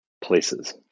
places